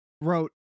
wrote